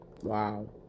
Wow